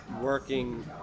working